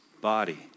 body